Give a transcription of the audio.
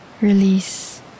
release